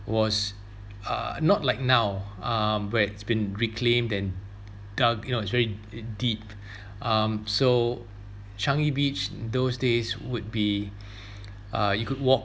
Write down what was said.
was uh not like now um where it's been reclaimed and dug you know it's very uh deep um so changi beach those days would be uh you could walk